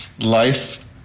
life